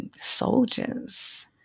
soldiers